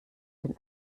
den